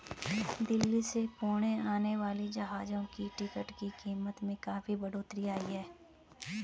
दिल्ली से पुणे आने वाली जहाजों की टिकट की कीमत में काफी बढ़ोतरी आई है